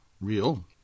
real